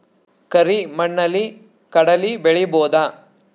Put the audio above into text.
ಕರಿ ಮಣ್ಣಲಿ ಕಡಲಿ ಬೆಳಿ ಬೋದ?